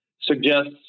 suggests